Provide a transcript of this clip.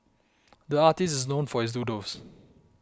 the artist is known for his doodles